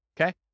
Okay